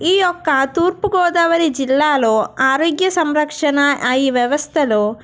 ఈయొక్క తూర్పు గోదావరి జిల్లాలో ఆరోగ్య సంరక్షణ ఈ వ్యవస్థలో